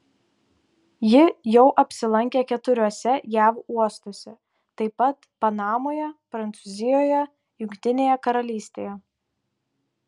ji jau apsilankė keturiuose jav uostuose taip pat panamoje prancūzijoje jungtinėje karalystėje